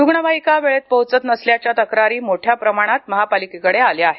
रुग्णवाहिका वेळेत पोहोचत नसल्याच्या तक्रारी मोठ्या प्रमाणात महापालिकेकडे आल्या आहेत